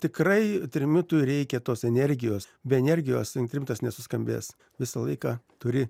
tikrai trimitui reikia tos energijos be energijos trimitas nesuskambės visą laiką turi